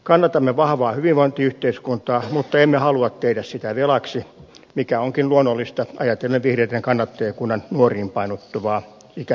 kannatamme vahvaa hyvinvointiyhteiskuntaa mutta emme halua tehdä sitä velaksi mikä onkin luonnollista ajatellen vihreiden kannattajakunnan nuoriin painottuvaa ikäjakaumaa